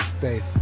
faith